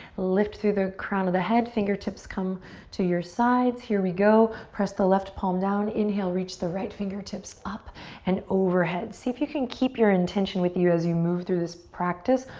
lift through the crown of the head, fingertips come to your sides here we go, press the left palm down, inhale, reach the right fingertips up and overhead. see if you can keep your intention with you as you move through this practice,